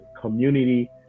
community